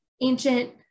ancient